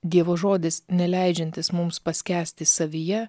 dievo žodis neleidžiantis mums paskęsti savyje